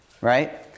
right